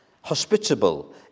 hospitable